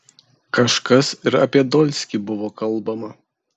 kažkas ir apie dolskį buvo kalbama